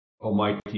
Almighty